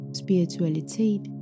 spiritualitet